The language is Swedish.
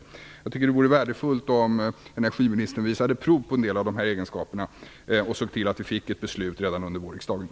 Jag tycker att det vore värdefullt om energiministern visade prov på en del av de här egenskaperna och såg till att vi fick ett beslut redan under vårriksdagen.